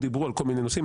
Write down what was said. דיברו על כל מיני נושאים.